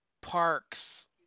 parks